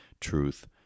truth